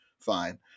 fine